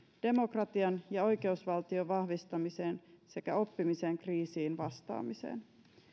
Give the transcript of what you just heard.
demokratian ja oikeusvaltion vahvistamiseen sekä oppimisen kriisiin vastaamiseen